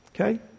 Okay